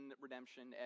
redemption